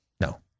no